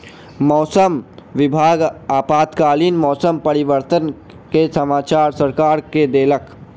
मौसम विभाग आपातकालीन मौसम परिवर्तन के समाचार सरकार के देलक